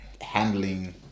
handling